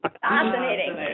fascinating